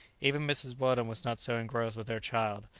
even mrs. weldon was not so engrossed with her child,